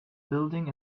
building